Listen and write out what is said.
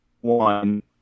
one